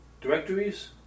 directories